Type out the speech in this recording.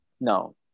No